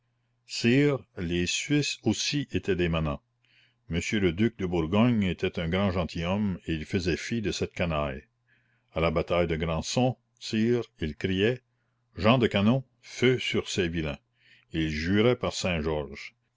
sire les suisses aussi étaient des manants monsieur le duc de bourgogne était un grand gentilhomme et il faisait fi de cette canaille à la bataille de grandson sire il criait gens de canons feu sur ces vilains et il jurait par saint-georges